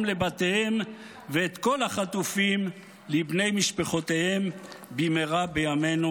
לבתיהם ואת כל החטופים לבני משפחותיהם במהרה בימינו,